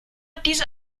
diese